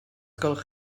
gwelwch